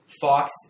Fox